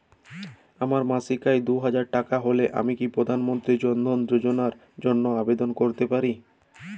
আমার মাসিক আয় দুহাজার টাকা হলে আমি কি প্রধান মন্ত্রী জন ধন যোজনার জন্য আবেদন করতে পারি?